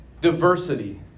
diversity